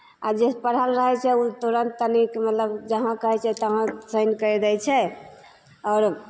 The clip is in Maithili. आब जे पढ़ल रहै छै ओ तुरंत तनिक मतलब जहाॅं कहै छै तहाॅं साइन करि दै छै आओर